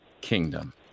kingdom